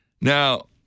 Now